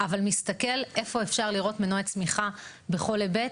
אבל מסתכל איפה אפשר לראות מנועי צמיחה בכל היבט,